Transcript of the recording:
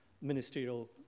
ministerial